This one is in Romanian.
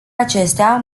acestea